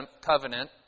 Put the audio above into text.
covenant